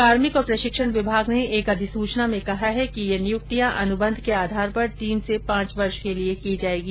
कार्मिक और प्रशिक्षण विभाग ने एक अधिसूचना में कहा है कि ये नियुक्तियां अनुबंध के आधार पर तीन से पांच वर्ष के लिए की जाएगी